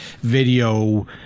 video